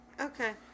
Okay